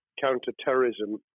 counter-terrorism